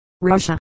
Russia